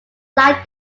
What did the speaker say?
like